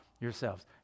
yourselves